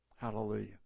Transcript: Hallelujah